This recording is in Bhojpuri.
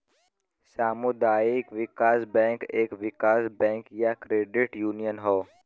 सामुदायिक विकास बैंक एक विकास बैंक या क्रेडिट यूनियन हौ